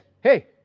Hey